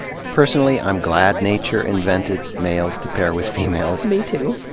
personally, i'm glad nature invented males to pair with females. me too.